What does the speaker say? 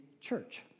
church